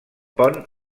pont